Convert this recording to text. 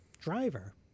driver